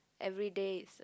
everyday is a